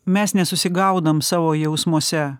mes nesusigaudom savo jausmuose